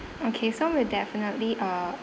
okay so we'll definitely uh